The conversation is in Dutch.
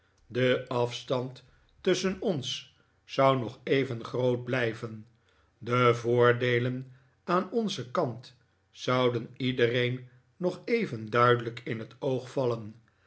de afstand tusschen ons zou nog even groot blijven de voordeelen aan onzen kant zouden iedereen nog even duidelijk in het oog vallen